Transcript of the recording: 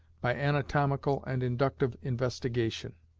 by anatomical and inductive investigation.